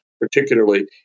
particularly